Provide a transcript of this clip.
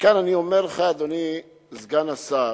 כאן אני אומר לך, אדוני סגן השר,